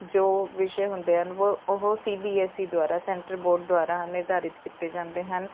ਜੋ ਵਿਸ਼ੇ ਹੁੰਦੇ ਹਨ ਵੋ ਉਹ ਸੀ ਬੀ ਐੱਸ ਈ ਦੁਆਰਾ ਸੈਂਟਰਲ ਬੋਰਡ ਦੁਆਰਾ ਨਿਰਧਾਰਿਤ ਕੀਤੇ ਜਾਂਦੇ ਹਨ